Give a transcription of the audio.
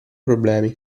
problemi